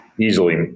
easily